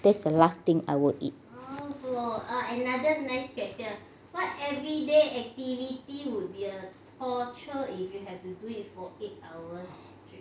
that's the last thing I would eat